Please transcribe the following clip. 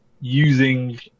using